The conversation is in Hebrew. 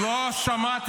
לא רצית